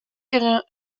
ihre